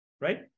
Right